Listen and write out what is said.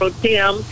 Tim